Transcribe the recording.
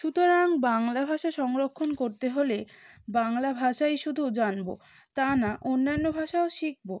সুতরাং বাংলা ভাষা সংরক্ষণ করতে হলে বাংলা ভাষাই শুধু জানব তা না অন্যান্য ভাষাও শিখব